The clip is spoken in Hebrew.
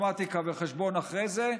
אנחנו נעשה תחרות מתמטיקה וחשבון אחרי זה.